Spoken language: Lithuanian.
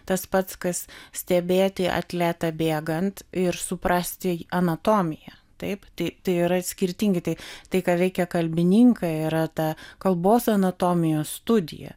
tas pats kas stebėti atletą bėgant ir suprasti anatomiją taip taip tai yra skirtingi tai tai ką veikia kalbininkai yra ta kalbos anatomijos studija